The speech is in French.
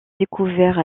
découvert